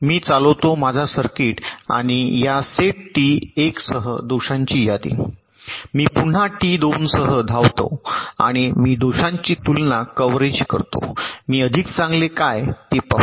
मी चालवतो माझा सर्किट आणि या सेट टी 1 सह दोषांची यादी मी पुन्हा टी 2 सह धावते आणि मी दोषांची तुलना कव्हरेज करतो मी अधिक चांगले आहे काय ते पाहू